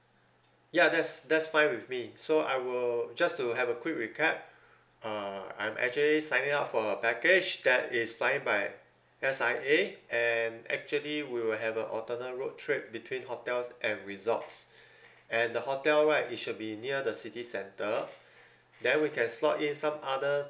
ya that's that's fine with me so I will just to have a quick recap uh I'm actually signing up for a package that is flying by S_I A and actually we will have a alternate road trip between hotels and resorts and the hotel right it should be near the city centre then we can slot in some other